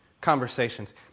conversations